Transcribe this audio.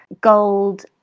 gold